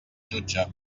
jutge